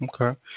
okay